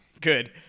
Good